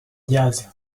díaz